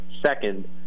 second